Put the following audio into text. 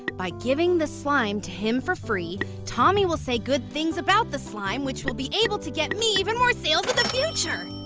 by giving the slime to him for free, tommy will say good things about the slime which will be able to get me even more sales in the future!